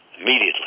Immediately